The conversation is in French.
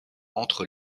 entre